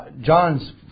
John's